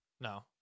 No